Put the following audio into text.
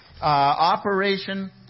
Operation